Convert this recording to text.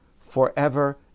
forever